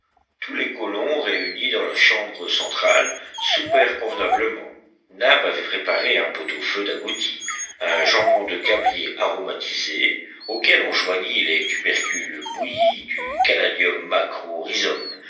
tous les colons réunis dans la chambre centrale soupèrent convenablement nab avait préparé un pot-au-feu d'agouti un jambon de cabiai aromatisé auquel on joignit les tubercules bouillis du caladium